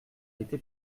été